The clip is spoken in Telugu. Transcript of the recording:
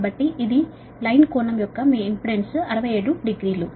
కాబట్టి ఇది లైన్ కోణం యొక్క మీ ఇంపెడెన్స్ 67 డిగ్రీలు